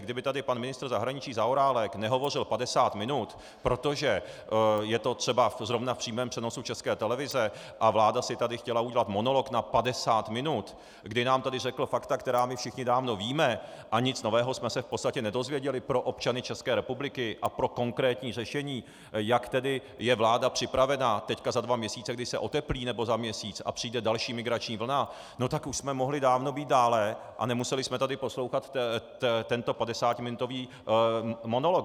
Kdyby tady pan ministr zahraničí Zaorálek nehovořil padesát minut, protože je to třeba zrovna v přímém přenosu České televize a vláda si tady chtěla udělat monolog na padesát minut, kdy nám tady řekl fakta, která my všichni dávno víme, a nic nového jsme se v podstatě nedozvěděli pro občany České republiky a pro konkrétní řešení, jak tedy je vláda připravená, teď za dva měsíce, kdy se oteplí, nebo za měsíc a přijde další migrační vlna, no tak už jsme mohli dávno být dále a nemuseli jsme tady poslouchat tento padesátiminutový monolog.